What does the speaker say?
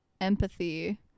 empathy